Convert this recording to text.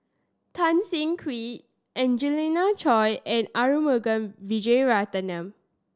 Tan Siah Kwee Angelina Choy and Arumugam Vijiaratnam